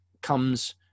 comes